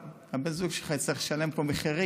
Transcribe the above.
בן הזוג שלך יצטרך לשלם פה מחירים,